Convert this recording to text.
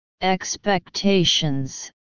expectations